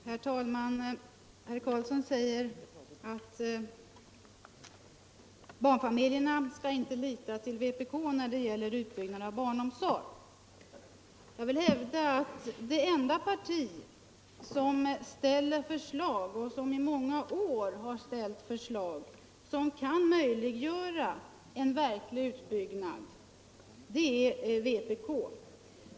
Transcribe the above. Herr talman! Herr Karlsson i Huskvarna säger att barnfamiljerna inte skall lita till vpk när det gäller utbyggnaden av barnomsorg. Jag vill hävda att det enda parti som ställer förslag och som i många år har ställt förslag, som kan möjliggöra en verklig utbyggnad, det är vpk.